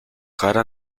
cara